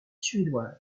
suédoise